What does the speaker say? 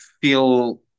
feel